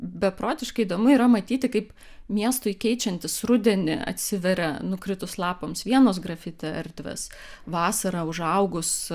beprotiškai įdomu yra matyti kaip miestui keičiantis rudenį atsiveria nukritus lapams vienos grafiti erdvės vasarą užaugus